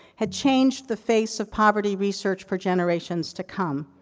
had changed the face of poverty research for generations to come.